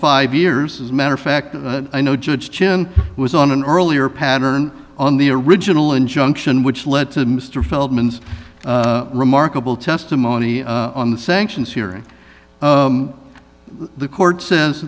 five years as a matter of fact i know judge chin was on an earlier pattern on the original injunction which led to mr feldman's remarkable testimony on the sanctions hearing the court says